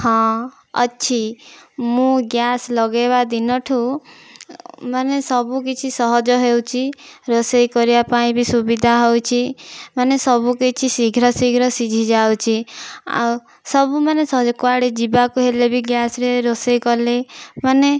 ହଁ ଅଛି ମୁଁ ଗ୍ୟାସ ଲଗେଇବା ଦିନ ଠାରୁ ମାନେ ସବୁକିଛି ସହଜ ହେଉଛି ରୋଷେଇ କରିବା ପାଇଁ ବି ସୁବିଧା ହେଉଛି ମାନେ ସବୁ କିଛି ଶୀଘ୍ର ଶୀଘ୍ର ସିଝି ଯାଉଛି ଆଉ ସବୁ ମାନେ କୁଆଡ଼େ ଯିବାକୁ ହେଲେ ବି ଗ୍ୟାସ ରେ ରୋଷେଇ କଲେ ମାନେ